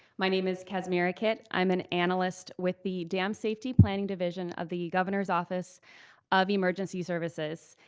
my name is kasmira kit, i'm an analyst with the dam safety planning division of the governor's office of emergency services.